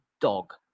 dog